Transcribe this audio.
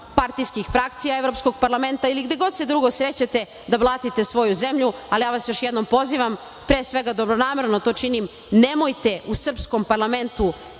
partijskih frakcija Evropskog parlamenta ili gde god se drugo srećete da blatite svoju zemlju, ali vas još jednom pozivam, pre svega dobronamerno to činim, nemojte u srpskom parlamentu